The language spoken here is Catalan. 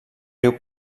riu